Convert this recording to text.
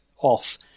off